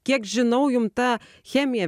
kiek žinau jum ta chemija